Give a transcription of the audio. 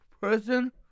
person